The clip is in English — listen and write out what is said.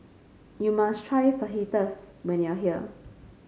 you must try Fajitas when you are here